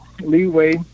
leeway